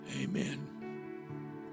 Amen